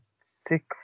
sick